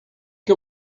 que